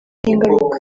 ingaruka